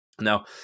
Now